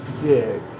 dick